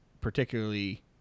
particularly